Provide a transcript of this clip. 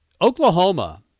Oklahoma